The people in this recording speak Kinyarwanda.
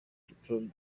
diplôme